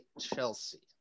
Chelsea